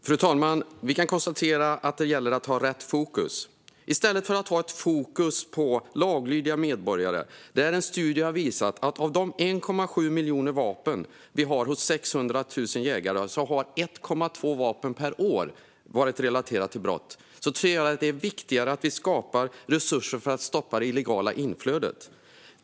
Fru talman! Vi kan konstatera att det gäller att ha rätt fokus i stället för att ha fokus på laglydiga medborgare. En studie har visat att av de 1,7 miljoner vapen vi har hos 600 000 jägare har 1,2 vapen per år varit relaterade till brott. Jag tror att det är viktigare att vi skapar resurser för att stoppa det illegala inflödet.